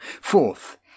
Fourth